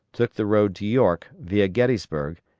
took the road to york, via gettysburg,